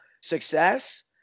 success